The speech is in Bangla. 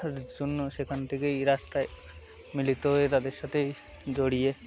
জন্য সেখান থেকেই রাস্তায় মিলিত হয়ে তাদের সাথেই জড়িয়ে